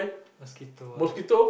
mosquito ah